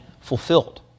fulfilled